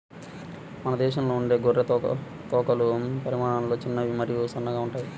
మన దేశంలో ఉండే గొర్రె తోకలు పరిమాణంలో చిన్నవి మరియు సన్నగా ఉంటాయి